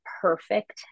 perfect